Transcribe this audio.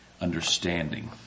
understanding